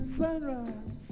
sunrise